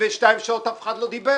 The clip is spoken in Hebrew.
72 שעות אף אחד לא דיבר